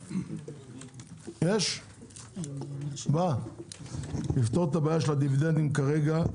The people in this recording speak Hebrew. אני רוצה לפתור את בעיית הדיבידנדים כרגע.